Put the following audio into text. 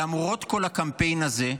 למרות כל הקמפיין הזה,